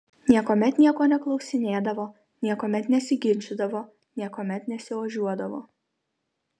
niekuomet nieko neklausinėdavo niekuomet nesiginčydavo niekuomet nesiožiuodavo